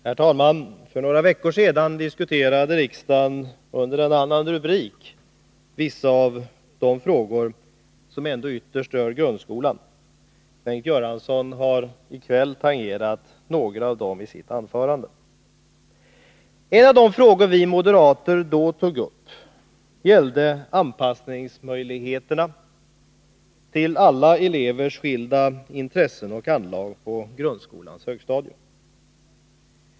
Herr talman! För några veckor sedan diskuterade riksdagen under en annan rubrik vissa av de frågor som ändå ytterst rör grundskolan. Bengt Göransson har i kväll tangerat några av dem i sitt anförande. En av de frågor vi moderater då tog upp gällde anpassningsmöjligheterna till alla elevers skilda intressen och anlag på grundskolans högstadium.